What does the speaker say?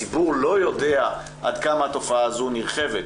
הציבור לא יודע עד כמה התופעה הזו נרחבת.